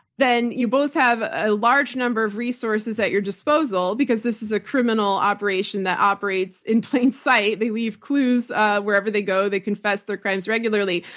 then you both have a large number of resources at your disposal because this is a criminal operation that operates in plain sight. they leave clues wherever they go. they confess their crimes regularly.